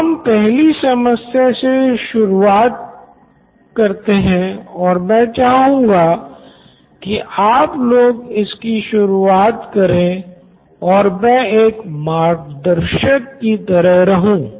तो हम पहली समस्या से शुरुआत करते है और मैं चाहूँगा की आप लोग इसकी शुरुआत करे और मैं एक मार्ग दर्शक की तरह रहूँ